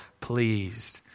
pleased